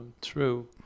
True